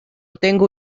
tengo